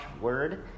word